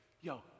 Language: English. yo